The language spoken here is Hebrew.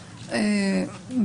ענישה.